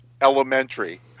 elementary